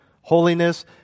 holiness